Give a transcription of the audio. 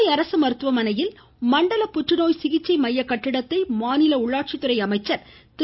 கோவை அரசு மருத்துவமனையில் மண்டல புற்றுநோய் சிகிச்சை மைய கட்டிடததை மாநில உள்ளாட்சி துறை அமைச்சர் திரு